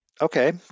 Okay